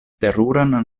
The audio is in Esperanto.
teruran